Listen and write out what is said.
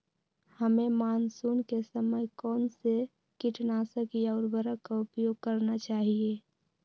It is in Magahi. हमें मानसून के समय कौन से किटनाशक या उर्वरक का उपयोग करना चाहिए?